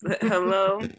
Hello